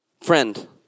Friend